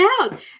out